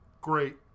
Great